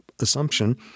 assumption